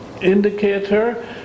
indicator